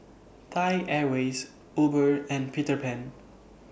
Thai Airways Uber and Peter Pan